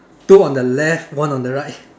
two on the left one on the right